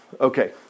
okay